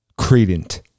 credent